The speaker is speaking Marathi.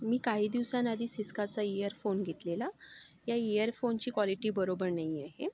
मी काही दिवसांआधी सिस्काचा इअरफोन घेतलेला या इअरफोनची क्वॉलिटी बरोबर नाही आहे